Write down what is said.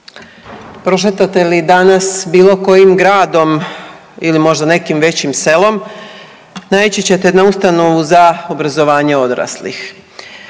Prošetate li danas bilo kojim gradom ili možda nekim većim selom naići ćete na ustanovu za obrazovanje odraslih.